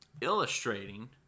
illustrating